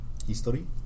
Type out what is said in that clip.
history